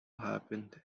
happened